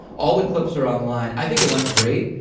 all the clips are online. i think it went great.